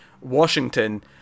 Washington